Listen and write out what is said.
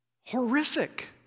Horrific